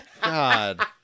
God